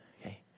okay